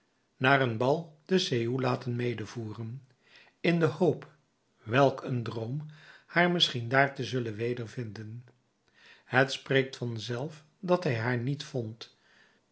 naar een bal te sceaux laten medevoeren in de hoop welk een droom haar misschien dààr te zullen wedervinden het spreekt vanzelf dat hij haar niet vond